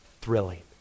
thrilling